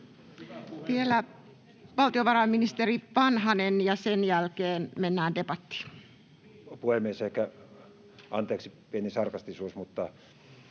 Vielä valtiovarainministeri Vanhanen, ja sen jälkeen mennään debattiin. Arvoisa puhemies! Anteeksi ehkä pieni sarkastisuus, mutta